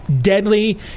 deadly